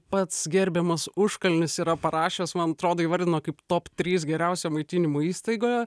pats gerbiamas užkalnis yra parašęs man atrodo įvardino kaip top trys geriausią maitinimo įstaigą